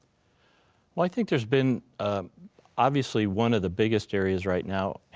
well, i think there's been obviously one of the biggest areas right now,